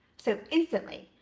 so, instantly,